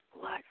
blood